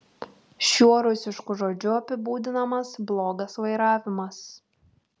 šiuo rusišku žodžiu apibūdinamas blogas vairavimas